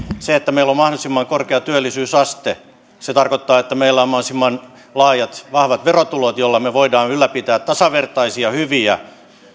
se että meillä on mahdollisimman korkea työllisyysaste tarkoittaa että meillä on mahdollisimman laajat vahvat verotulot joilla me voimme ylläpitää tasavertaisia hyviä